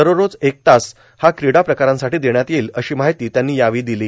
दररोज एक तास हा क्रीडा प्रकारांसाठी देण्यात येईल अशी माहिती त्यांनी यावेळी दिली